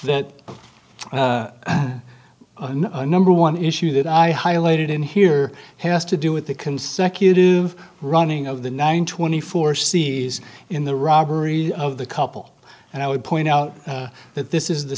that number one issue that i highlighted in here has to do with the consecutive running of the nine twenty four c's in the robbery of the couple and i would point out that this is the